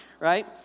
right